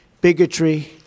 bigotry